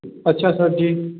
अच्छा सरजी